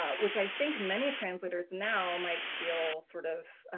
ah which i think many translators now might feel sort of